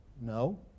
No